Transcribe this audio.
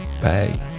Bye